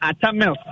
Atamel